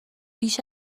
بیش